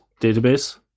database